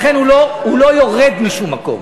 לכן הוא לא יורד משום מקום.